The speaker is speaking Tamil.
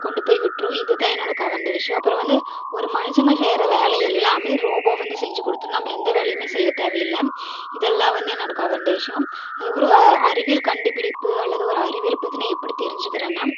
கொண்டு போய் விட்டுரும் இதுதான் என்னோடு கவர்ந்த விஷயம் அப்புறம் வந்து ஒரு மனுசங்க செய்கிற வேலை எல்லாமே ரோபோ வந்து செஞ்சு கொடுத்துடும் நம்ம எந்த வேலையுமே செய்ய தேவையில்லை இது எல்லாம் வந்து என்னோடு கவர்ந்த விஷயம் அதுக்கு அப்புறம் அறிவியல் கண்டுபிடிப்பு அல்லது ஒரு அறிவியல் பற்றி நான் எப்படி தெரிஞ்சிக்கிறேன்னா